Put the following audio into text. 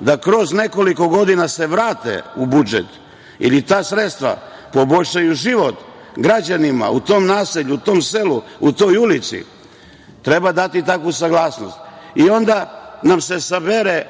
da kroz nekoliko godina se vrate u budžet ili ta sredstva poboljšaju život građanima u tom naselju, u tom selu, u toj ulici, treba dati takvu saglasnost. Onda nam se sabere